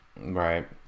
Right